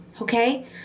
okay